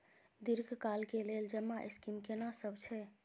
दीर्घ काल के लेल जमा स्कीम केना सब छै?